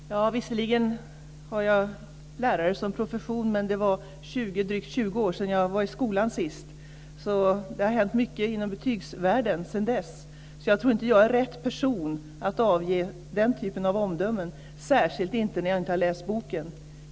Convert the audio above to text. Fru talman! Visserligen är jag lärare till professionen, men det var drygt 20 år sedan jag var i skolan senast. Det har hänt mycket i betygsvärlden sedan dess, och jag tror inte att jag är rätt person att avge den typen av omdömen - särskilt inte när jag inte har läst boken.